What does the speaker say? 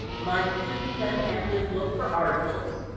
my students then have to look for articles.